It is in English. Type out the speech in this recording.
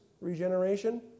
regeneration